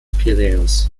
piräus